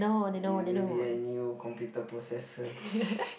ya maybe a new computer processor